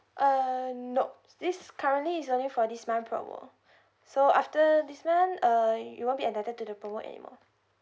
uh nop this currently is only for this month promo so after this month uh you won't be entitled to the promo anymore